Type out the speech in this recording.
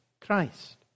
Christ